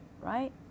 right